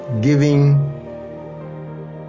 giving